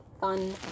fun